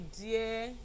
dear